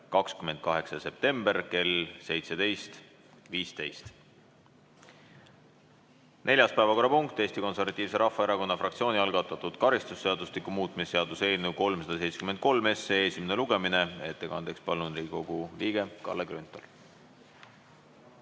28. septembri kell 17.15. Neljas päevakorrapunkt on Eesti Konservatiivse Rahvaerakonna fraktsiooni algatatud karistusseadustiku muutmise seaduse eelnõu 373 esimene lugemine. Ettekandeks palun siia Riigikogu liikme Kalle Grünthali.